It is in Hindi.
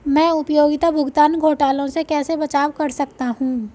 मैं उपयोगिता भुगतान घोटालों से कैसे बचाव कर सकता हूँ?